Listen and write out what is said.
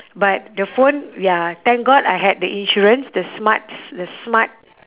but the phone ya thank god I had the insurance the smart s~ the smart